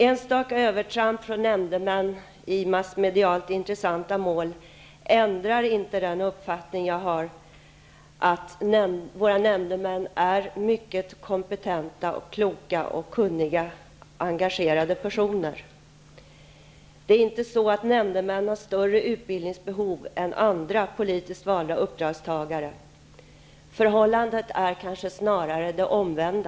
Enstaka övertramp från nämndemän i massmedialt intressanta mål ändrar inte min uppfattning att våra nämndemän är mycket kompetenta, kloka, kunniga och engagerade personer. Det är inte så att nämndemän har större utbildningsbehov än andra politiskt valda uppdragstagare. Förhållandet är kanske snarare det omvända.